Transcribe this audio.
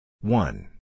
One